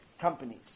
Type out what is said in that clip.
companies